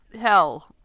hell